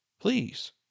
Please